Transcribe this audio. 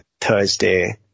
Thursday